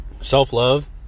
Self-love